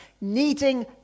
needing